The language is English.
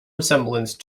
resemblance